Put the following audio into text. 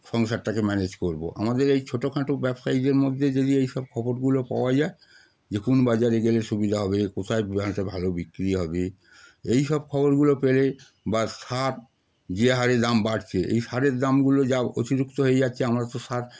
সংসারটাকে ম্যানেজ করব আমাদের এই ছোটখাটো ব্যবসায়ীদের মধ্যে যদি এই সব খবরগুলো পাওয়া যায় যে কোন বাজারে গেলে সুবিধা হবে কোথায় পেঁয়াজটা ভালো বিক্রি হবে এই সব খবরগুলো পেলে বা সার যে হারে দাম বাড়ছে এই সারের দামগুলো যা অতিরিক্ত হয়ে যাচ্ছে আমরা তো সার